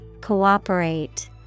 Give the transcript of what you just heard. Cooperate